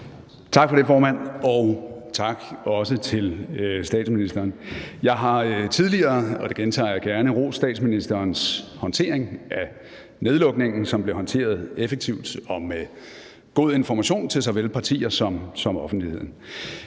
Tak for det, formand, og tak også til statsministeren. Jeg har tidligere, og det gentager jeg gerne, rost statsministerens håndtering af nedlukningen, som blev håndteret effektivt og med god information til såvel partier som offentligheden.